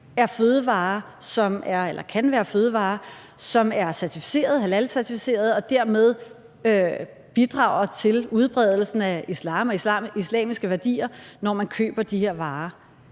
er lovlige i Danmark, dels kan være fødevarer, som er halalcertificerede og dermed bidrager til udbredelsen af islam og islamiske værdier, når man køber dem? Kan